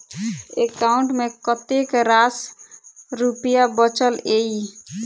account मे कतेक रास रुपया बचल एई